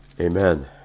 Amen